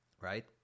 right